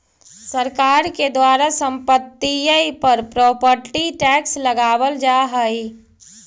सरकार के द्वारा संपत्तिय पर प्रॉपर्टी टैक्स लगावल जा हई